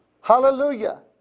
Hallelujah